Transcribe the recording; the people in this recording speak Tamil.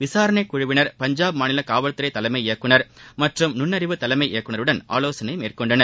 விசாரணை குழுவினர் பஞ்சாப் மாநில காவல்துறை தலைமை இயக்குநர் மற்றும் நுண்ணறிவு தலைமை இயக்குநருடன் ஆலோசனை மேற்கொண்டனர்